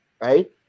Right